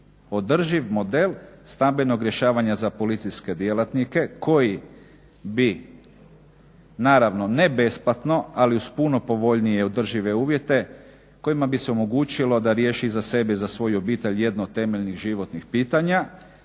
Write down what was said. održiv model stambenog rješavanja za policijske djelatnike koji bi naravno ne besplatno ali uz puno povoljnije i održive uvjete kojima bi se omogućilo da riješi za sebe i za svoju obitelj jedno od temeljnih životnih pitanja